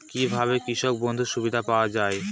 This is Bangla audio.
কি ভাবে কৃষক বন্ধুর সুবিধা পাওয়া য়ায়?